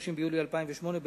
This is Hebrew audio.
30 ביולי 2008,